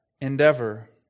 endeavor